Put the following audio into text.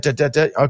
Okay